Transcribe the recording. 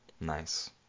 Nice